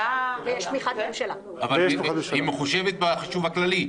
היא מחושבת בחישוב הכללי,